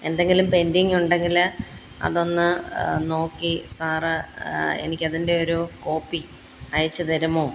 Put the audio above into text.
എന്തെങ്കിലും പെൻഡിങ്ങുണ്ടെങ്കിൽ അതൊന്ന് നോക്കി സാറ് എനിക്കതിൻ്റെയൊരു കോപ്പി അയച്ചു തരുമോ